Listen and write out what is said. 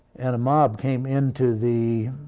and a mob came into the